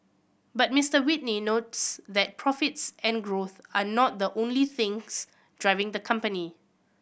but Mister Whitney notes that profits and growth are not the only things driving the company